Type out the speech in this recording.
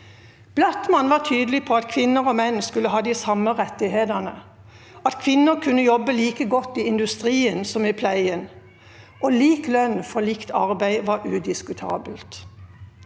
Blattmann var tydelig på at kvinner og menn skulle ha de samme rettighetene, at kvinner kunne jobbe like godt i industrien som i pleien, og lik lønn for likt arbeid var udiskutabelt.